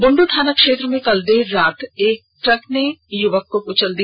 बुंडू थाना क्षेत्र में कल देर रात एक ट्रक ने युवक को कुचल दिया